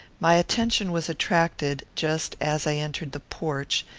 my attention was attracted, just as i entered the porch,